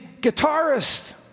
guitarist